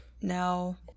now